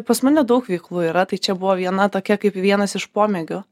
pas mane daug veiklų yra tai čia buvo viena tokia kaip vienas iš pomėgių